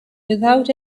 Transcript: without